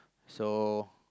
so